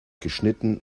geschnitten